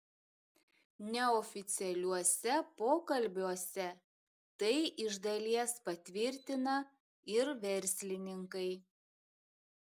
neoficialiuose pokalbiuose tai iš dalies patvirtina ir verslininkai